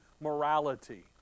morality